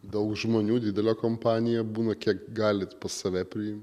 daug žmonių didelė kompanija būna kiek galit pas save priimt